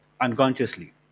unconsciously